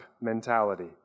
mentality